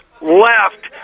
left